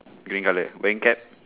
green colour rain cap